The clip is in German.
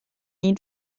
ihn